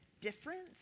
difference